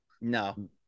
No